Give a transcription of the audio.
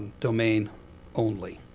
domain only.